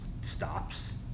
stops